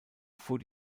fuhr